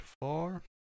four